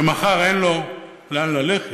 שמחר אין לו לאן ללכת,